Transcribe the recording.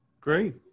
Great